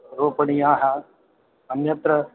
रोपणीयाः अन्यत्र